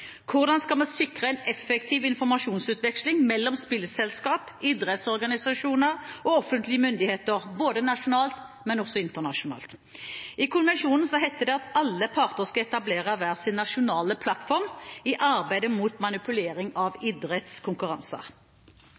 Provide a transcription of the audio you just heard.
Hvordan skal vi sikre en effektiv informasjonsutveksling mellom spillselskaper, idrettsorganisasjoner og offentlige myndigheter, både nasjonalt og internasjonalt? I konvensjonen heter det at alle parter skal etablere hver sin nasjonale plattform i arbeidet mot manipulering av